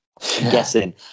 Guessing